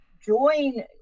join